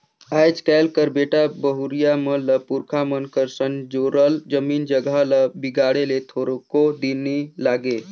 आएज काएल कर बेटा बहुरिया मन ल पुरखा मन कर संजोरल जमीन जगहा ल बिगाड़े ले थोरको दिन नी लागे